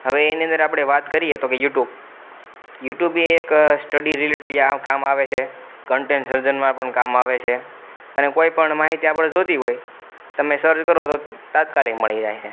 હવે એની અંદર આપણે વાત કરીએ તો કહે યુટુબ યુટુબ એ એક સ્ટડી રિલેટેડ કામ આવે છે કન્ટેન સર્જનમાં પણ કામ આવે છે અને કોઈપણ માહિતી આપણે જોઈતી હોય તમે સર્ચ કરો તો તાત્કાલિક મળી જાય છે